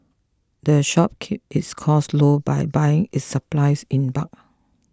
the shop keeps its costs low by buying its supplies in bulk